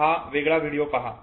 हा वेगळा व्हिडिओ पहा